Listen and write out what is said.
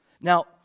Now